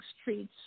streets